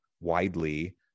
widely